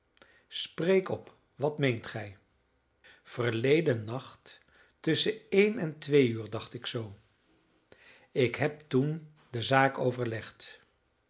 spreek op wat meent gij verleden nacht tusschen één en twee uur dacht ik zoo ik heb toen de zaak overlegd